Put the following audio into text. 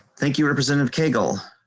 thank you representative cagle